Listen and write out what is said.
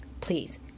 please